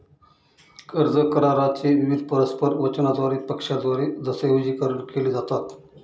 कर्ज करारा चे विविध परस्पर वचनांद्वारे पक्षांद्वारे दस्तऐवजीकरण केले जातात